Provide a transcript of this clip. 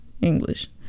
English